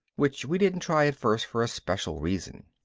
which we didn't try at first for a special reason.